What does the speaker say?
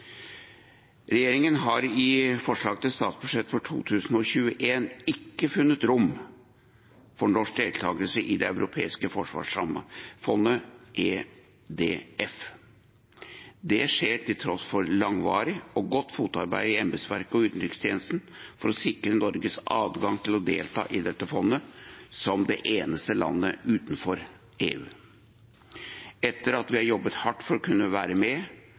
Regjeringen har i forslag til statsbudsjett for 2021 ikke funnet rom for norsk deltakelse i det europeiske forsvarsfondet, EDF. Det skjer til tross for langvarig og godt fotarbeid i embetsverket og utenrikstjenesten for å sikre Norges adgang til å delta i dette fondet som det eneste landet utenfor EU. Etter at vi har jobbet hardt for å kunne være med,